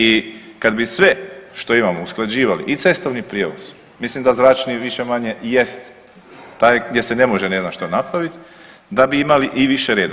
I kad bi sve što imamo usklađivali i cestovni prijevoz, mislim da zračni više-manje jest taj gdje se ne može ne znam što napraviti, da bi imali i više reda.